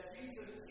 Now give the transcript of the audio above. Jesus